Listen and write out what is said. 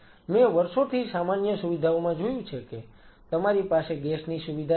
મેં વર્ષોથી સામાન્ય સુવિધાઓમાં જોયું છે કે તમારી પાસે ગેસ ની સુવિધા છે